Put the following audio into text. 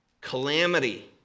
calamity